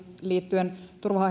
liittyen